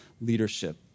leadership